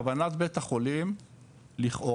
כוונת בית החולים לכאורה,